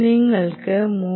നിങ്ങൾക്ക് 3